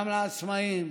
גם לעצמאים.